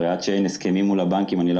הרי כל עוד אין הסכמים מול הבנקים אני לא